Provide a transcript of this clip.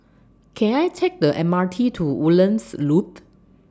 Can I Take The M R T to Woodlands Loop